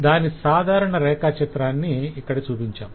దాని సాధారణ రేఖాచిత్రాన్ని ఇక్కడ చూపించాం